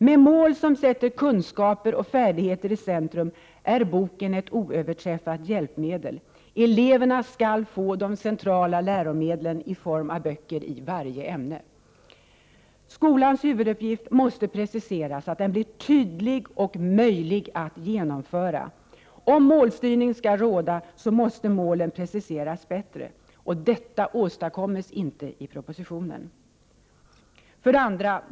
Med mål som sätter kunskaper och färdigheter i centrum är boken ett oöverträffat hjälpmedel. Eleverna skall få de centrala läromedlen i form av böcker i varje ämne. Skolans huvuduppgift måste preciseras så att den blir tydlig och möjlig att genomföra. Om målstyrning skall råda måste målen preciseras bättre. Detta åstadkommes inte i propositionen. 2.